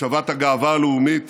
השבת הגאווה הלאומית